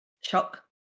Shock